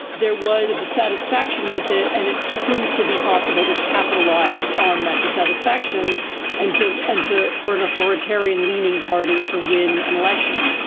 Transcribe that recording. there was a dissatisfaction with it and it proved to be possible to capitalize on that dissatisfaction and to and enter for an authoritarian leaning party to win an election.